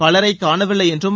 பலரை காணவில்லை என்றும்